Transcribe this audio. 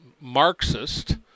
Marxist